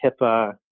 HIPAA